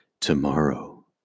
tomorrow